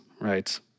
right